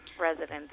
residents